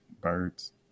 birds